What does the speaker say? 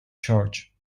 church